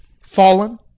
fallen